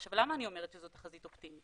עכשיו למה אני אומרת שזאת תחזית אופטימית?